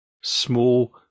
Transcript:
small